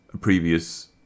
previous